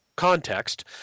Context